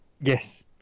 yes